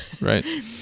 Right